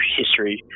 history